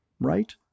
Right